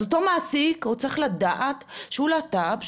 אז אותו מעסיק צריך לדעת שהוא להט"ב,